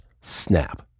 snap